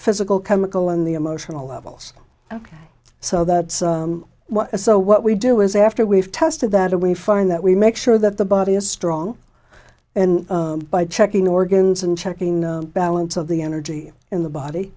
physical chemical in the emotional levels so that so what we do is after we've tested that are we find that we make sure that the body is strong and by checking organs and checking the balance of the energy in the body